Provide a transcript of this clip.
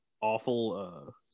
awful